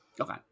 Okay